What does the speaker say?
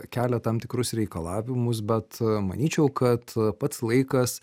kelia tam tikrus reikalavimus bet manyčiau kad pats laikas